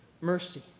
mercy